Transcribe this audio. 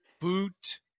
Boot